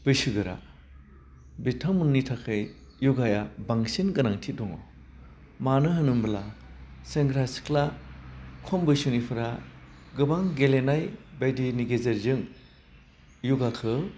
बैसोगोरा बिथांमोननि थाखाय य'गाया बांसिन गोनांथि दङ मानो होनोबोला सेंग्रा सिख्ला खम बैसोनिफोरा गोबां गेलेनाय बायदिनि गेजेरजों य'गाखौ